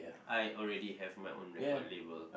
I already have my own record label